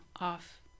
off